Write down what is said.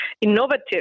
innovative